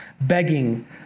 begging